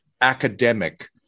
academic